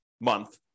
month